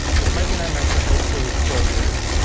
this might be nine months, but high school with four years.